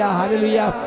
hallelujah